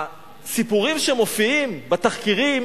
הסיפורים שמופיעים בתחקירים